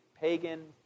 pagan